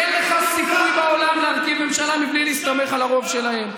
אין לך סיכוי בעולם להרכיב ממשלה בלי להסתמך על הרוב שלהם.